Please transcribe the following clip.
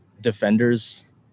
defenders